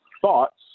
thoughts